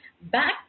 back